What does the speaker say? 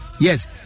yes